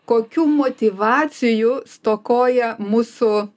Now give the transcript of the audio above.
kokių motyvacijų stokoja mūsų